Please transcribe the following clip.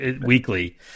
weekly